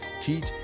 teach